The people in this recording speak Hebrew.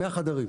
100 חדרים.